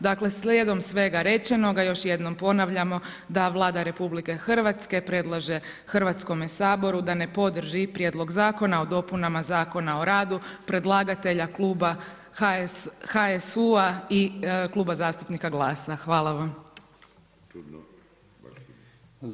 Dakle slijedom svega rečenoga još jednom ponavljamo da Vlada RH predlaže Hrvatskom saboru da ne podrži Prijedlog zakona o dopunama Zakona o radu predlagatelja kluba HSU-a i Kluba zastupnika GLAS-a.